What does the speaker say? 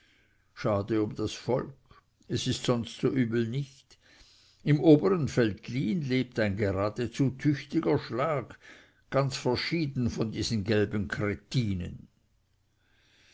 schade um das volk es ist sonst so übel nicht im obern veltlin lebt ein geradezu tüchtiger schlag ganz verschieden von diesen gelben kretinen